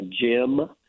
Jim